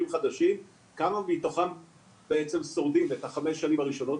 כמה מתוכם בעצם שורדים את החמש שנים הראשונות,